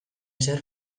ezer